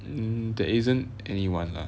mm there isn't anyone lah